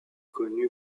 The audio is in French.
connu